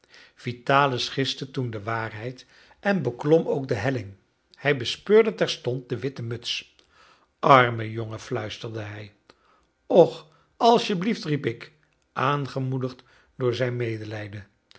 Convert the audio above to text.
vitalis giste toen de waarheid en beklom ook de helling hij bespeurde terstond de witte muts arme jongen fluisterde hij och als je blieft riep ik aangemoedigd door zijn medelijden